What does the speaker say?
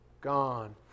gone